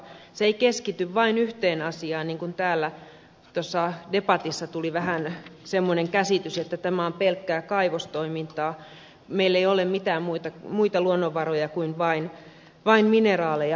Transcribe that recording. se ei keskity vain yhteen asiaan niin kuin täällä tuossa debatissa tuli vähän semmoinen käsitys että tämä on pelkkää kaivostoimintaa meillä ei ole mitään muita luonnonvaroja kuin vain mineraaleja